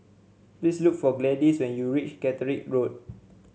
please look for Gladyce when you reach Catterick Road